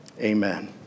Amen